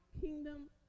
kingdom